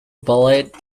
bullet